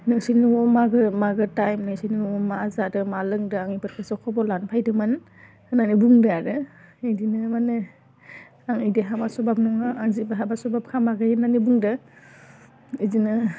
नोंसोरनि न'आव मागो मागो टाइम नोंसोरनि न'आव मा जादों मा लोंदों आं बेफोरखौसो खबर लानो फैदोंमोन होन्नानै बुंदों आरो बिदिनो माने आं बिदि हामा सबाब नङा आं जेबो हाबा सबाब खालामाखै होन्नानै बुंदों बिदिनो